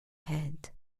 head